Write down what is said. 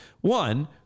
one